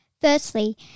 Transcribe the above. Firstly